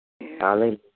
Hallelujah